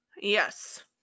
Yes